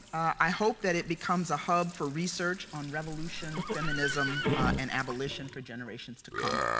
i hope that it becomes a hub for research on revolution, feminism, and abolition, for generations to come.